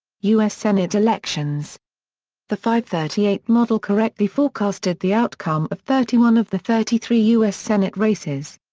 u s. senate elections the fivethirtyeight model correctly forecasted the outcome of thirty one of the thirty three u s. senate races.